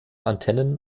antennen